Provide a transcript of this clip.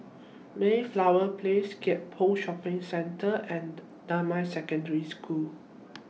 Mayflower Place Gek Poh Shopping Centre and Damai Secondary School